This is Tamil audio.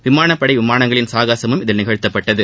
விமனாப்படை விமானங்களின் சாசகமும் இதில் நிகழ்த்தப்பட்டது